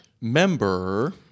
Member